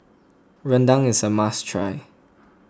Rendang is a must try